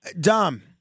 Dom